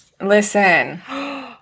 Listen